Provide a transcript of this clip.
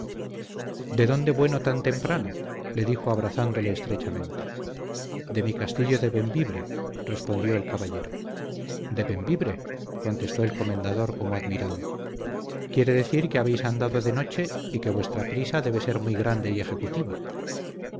de dónde bueno tan temprano le dijo abrazándole estrechamente de mi castillo de bembibre respondió el caballero de bembibre contestó el comendador como admirado quiere decir que habéis andado de noche y que vuestra prisa debe ser muy grande y ejecutiva